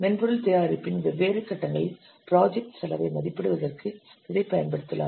மென்பொருள் தயாரிப்பின் வெவ்வேறு கட்டங்களில் ப்ராஜெக்ட் செலவை மதிப்பிடுவதற்கு இதைப் பயன்படுத்தலாம்